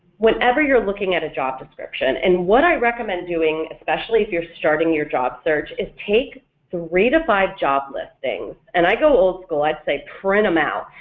whenever you're looking at a job description, and what i recommend doing especially if you're starting your job search, is take three to five job listings, and i go old school i'd say print them out,